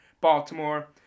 Baltimore